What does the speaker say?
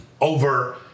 over